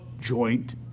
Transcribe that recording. joint